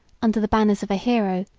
under the banners of a hero,